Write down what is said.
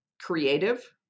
creative